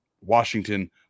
Washington